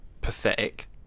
pathetic